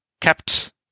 kept